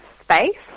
space